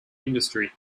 industry